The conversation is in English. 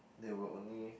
there were only